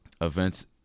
Events